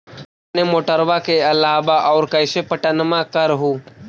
अपने मोटरबा के अलाबा और कैसे पट्टनमा कर हू?